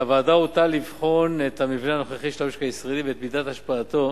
על הוועדה הוטל לבחון את המבנה הנוכחי של המשק הישראלי ואת מידת השפעתו